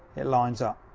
it lines up.